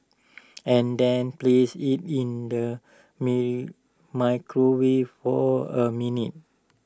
and then place IT in the microwave for A minute